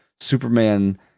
Superman